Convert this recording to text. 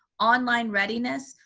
online readiness,